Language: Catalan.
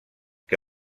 que